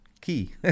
key